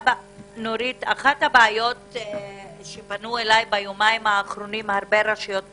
אחת הבעיות שפנו אליי ביומיים האחרונים הרבה רשויות מקומיות,